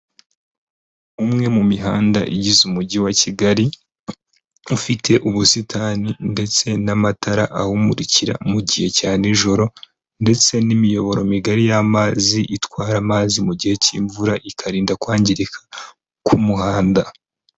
Umwe mu mihanda igize umujyi wa Kigali, ufite ubusitani ndetse n'amatara awumurikira mu gihe cya nijoro, ndetse n'imiyoboro migari y'amazi itwara amazi mu gihe cy'imvura ikarinda kwangirika k'umuhanda.